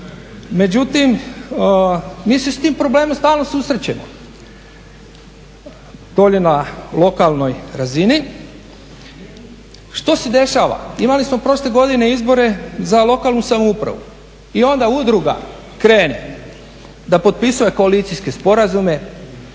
međutim mi se s tim problemom stalno susrećemo na lokalnoj razini. Što se dešava? Imali smo prošle godine izbore za lokalnu samoupravu i onda udruga krene da potpisuje koalicijske sporazume,